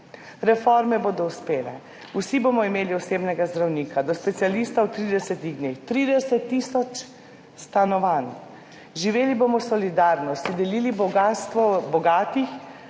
Reforme bodo uspele, vsi bomo imeli osebnega zdravnika, do specialista v 30 dneh, 30 tisoč stanovanj, živeli bomo solidarnost, si delili bogastvo bogatih,